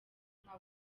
nka